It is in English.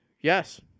Yes